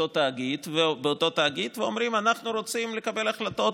תאגיד ואומרים: אנחנו רוצים לקבל החלטות,